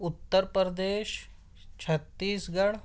اتر پردیش چھتیس گڑھ